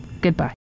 goodbye